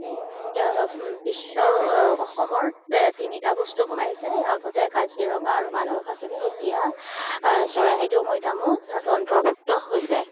বিশ্ব অসমৰ তিনিটা বস্তু সোমাইছে আগতে কাজিৰঙা আৰু মানস আছিলে এতিয়া চৰাইদেউ মৈদামো তাত অন্তৰ্ভুক্ত হৈছে